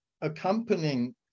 accompanying